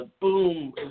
boom